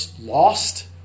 lost